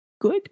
good